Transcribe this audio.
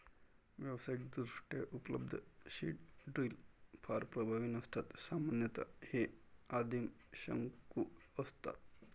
व्यावसायिकदृष्ट्या उपलब्ध seed drill फार प्रभावी नसतात सामान्यतः हे आदिम शंकू असतात